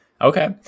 okay